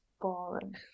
boring